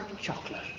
chocolate